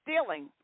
stealing